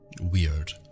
weird